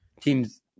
Teams